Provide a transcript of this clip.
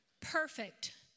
Perfect